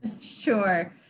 Sure